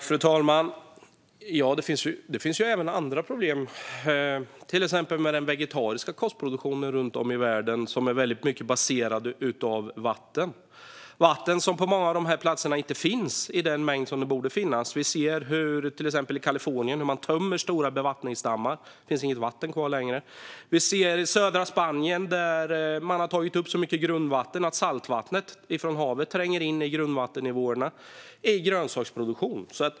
Fru talman! Ja, det finns även andra problem. Exempelvis är den vegetariska kostproduktionen runt om i världen väldigt mycket baserad på vatten. På många av produktionsplatserna finns inte vatten i den mängd som borde finnas. Vi ser till exempel hur man i Kalifornien tömmer stora bevattningsdammar. Det finns inte längre något vatten kvar. I södra Spanien har man tagit upp så mycket grundvatten att saltvatten från havet tränger in i grundvattendepåerna på grund av grönsaksproduktion.